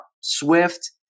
Swift